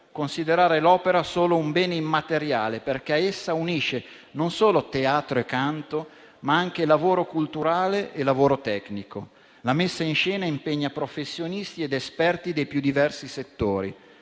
considerare l'opera solo un bene immateriale, perché essa unisce non solo teatro e canto, ma anche lavoro culturale e lavoro tecnico; la messa in scena impegna professionisti ed esperti dei più diversi settori.